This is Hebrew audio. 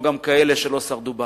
והיו גם כאלה שלא שרדו בהפצצות.